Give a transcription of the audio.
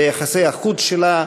ביחסי החוץ שלה,